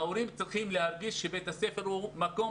ההורים צריכים להרגיש שבית הספר הוא מקום